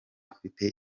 afite